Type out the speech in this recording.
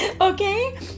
okay